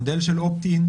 מודל של "אופט-אין",